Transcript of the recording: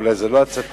אולי זאת לא הצתה,